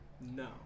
No